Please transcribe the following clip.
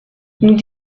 nous